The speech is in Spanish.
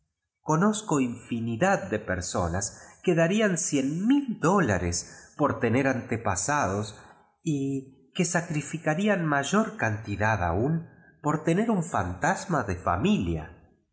nozco infinidad de perdonas que darían cien mil dólares por tener antepasados y que sacrificarían mayor cantidad aun por tener un fantasma de familia